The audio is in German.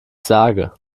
sage